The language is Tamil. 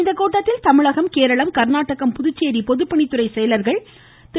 இக்கூட்டத்தில் தமிழகம் கேரளம் கர்நாடகம் புதுச்சேரி பொதுப்பணித்துறை செயலர்கள் திரு